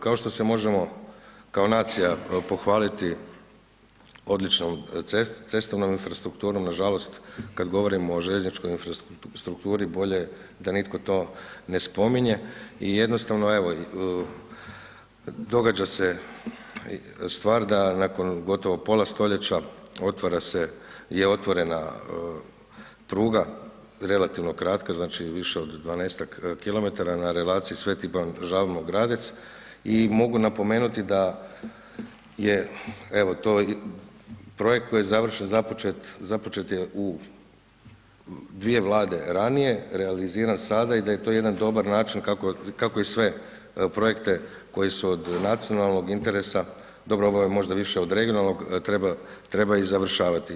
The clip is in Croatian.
Kao što se možemo kao nacija pohvaliti odličnom cestovnom infrastrukturom, nažalost kad govorimo o željezničkoj infrastrukturi, bolje da nitko to ne spominje i jednostavno evo, događa se stvar da nakon gotovo pola stoljeća je otvorena pruga relativno kratka, znači više od 12-ak kilometara na relaciji Sv. Ivan Žabno-Gradec i mogu napomenuti da je evo to projekt koji je započet u dvije Vlade ranije, realiziran sada i da je to jedan dobar način kako i sve projekte koji su od nacionalnog interesa, dobro ovo je možda više od regionalnog, treba i završavati.